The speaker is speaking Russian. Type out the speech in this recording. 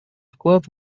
вклад